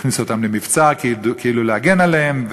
הכניסו אותם למבצר כאילו להגן עליהם,